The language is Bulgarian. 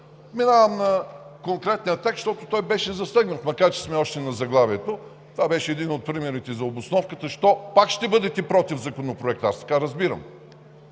Минавам на конкретния текст, защото той беше засегнат, макар че сме още на заглавието. Това беше един от примерите за обосновката защо пак ще бъдете против Законопроекта. Аз така разбирам.